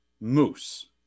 moose